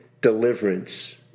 deliverance